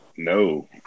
No